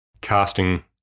casting